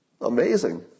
Amazing